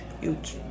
Huge